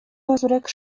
mazurek